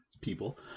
people